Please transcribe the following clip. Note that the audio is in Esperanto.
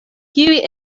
kiuj